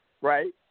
right